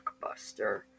Blockbuster